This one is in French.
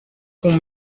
pont